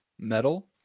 metal